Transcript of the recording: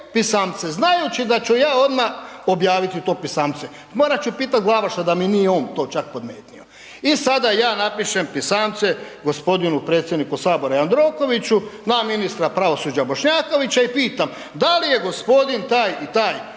pisamce, znajući da ću ja odmah objaviti to pisamce. Morat ću pitati Glavaša da mi nije on to čak podmetnuo. I sada, ja napišem pisamce g. predsjedniku Sabora Jandrokoviću, na ministra pravosuđa Bošnjakovića i pitam da li je g. taj i taj,